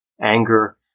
anger